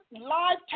live